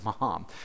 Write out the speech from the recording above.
mom